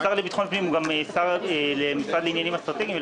השר לביטחון פנים הוא גם השר למשרד לעניינים אסטרטגיים.